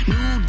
New